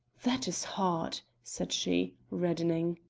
that is hard! said she, reddening.